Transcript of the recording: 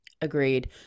Agreed